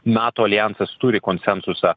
nato aljansas turi konsensusą